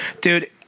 Dude